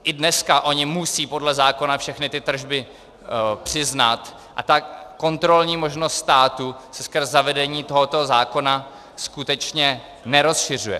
I dneska musí podle zákona všechny tržby přiznat, a tak kontrolní možnost státu se skrz zavedení tohoto zákona skutečně nerozšiřuje.